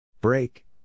Break